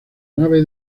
nave